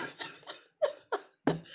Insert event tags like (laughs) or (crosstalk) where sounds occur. (laughs)